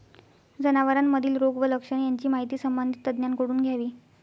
जनावरांमधील रोग व लक्षणे यांची माहिती संबंधित तज्ज्ञांकडून घ्यावी